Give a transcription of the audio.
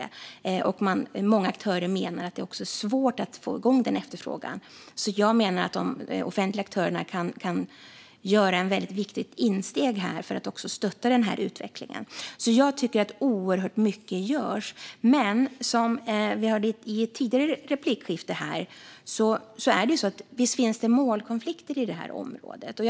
Många aktörer menar att det är svårt att få igång den efterfrågan. Jag menar att de offentliga aktörerna kan göra en viktig insats för att stötta den här utvecklingen. Jag tycker att oerhört mycket görs, men det finns målkonflikter på det här området, som vi hörde här i ett tidigare replikskifte.